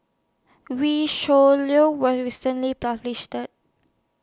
Wee Shoo Leong was recently published